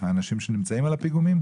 האנשים שנמצאים על הפיגומים?